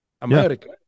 america